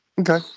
okay